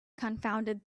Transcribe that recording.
confounded